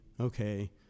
okay